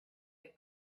had